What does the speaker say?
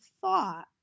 thought